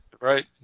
Right